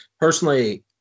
personally